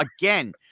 again